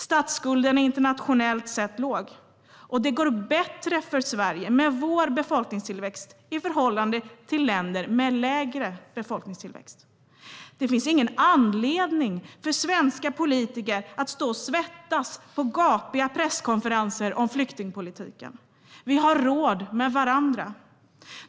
Statsskulden är internationellt sett låg, och det går bättre för Sverige med vår befolkningstillväxt i förhållande till länder med lägre befolkningstillväxt. Det finns ingen anledning för svenska politiker att stå och svettas på gapiga presskonferenser om flyktingpolitiken. Vi har råd med varandra.